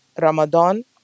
Ramadan